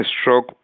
stroke